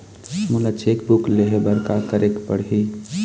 मोला cheque book लेहे बर का केरेक पढ़ही?